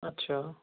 اچھا